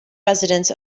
residents